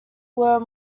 were